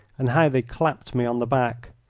and how they clapped me on the back!